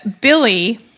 Billy